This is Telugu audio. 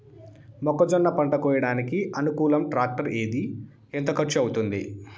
మొక్కజొన్న పంట కోయడానికి అనుకూలం టాక్టర్ ఏది? ఎంత ఖర్చు అవుతుంది?